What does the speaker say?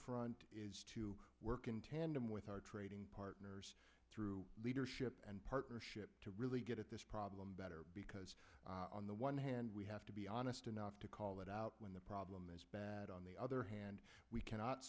front to work in tandem with our trading partners through leadership and partnership to really get at this problem better because on the one hand we have to be honest enough to call it out when the problem is bad on the other hand we cannot